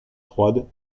froide